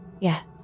Yes